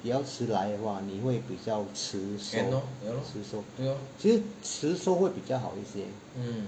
比较迟来 !wah! 你会比较迟收其实迟收会比较好一些